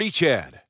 Chad